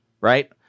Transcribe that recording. right